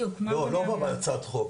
לא, לא בהצעת החוק.